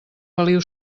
feliu